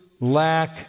lack